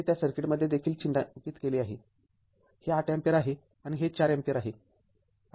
हे त्या सर्किटमध्ये देखील चिन्हांकित केले आहे हे ८ अँपिअर आहे आणि हे ४ अँपिअर आहे